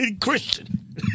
Christian